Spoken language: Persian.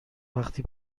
وقتی